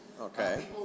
Okay